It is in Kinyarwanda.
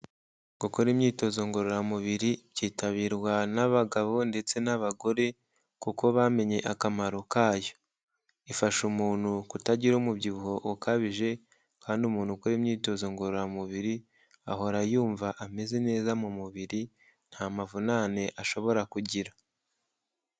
Gukora imyitozo ngororamubiri byitabirwa n'abagabo ndetse n'abagore, kuko bamenye akamaro kayo, ifasha umuntu kutagira umubyibuho ukabije, kandi umuntu ukora imyitozo ngororamubiri, ahora yumva ameze neza mu mubiri, nta mavunane ashobora kugira.